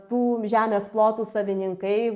tų žemės plotų savininkai